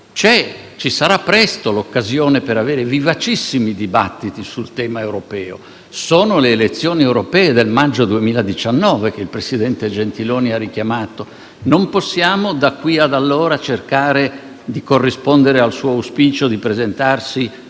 ci sarà presto l'occasione per avere vivacissimi dibattiti sul tema europeo: mi riferisco alle elezioni europee del maggio 2019, che il presidente Gentiloni Silveri ha richiamato. Non possiamo, da qui ad allora, cercare di corrispondere al suo auspicio di presentarci